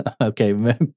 Okay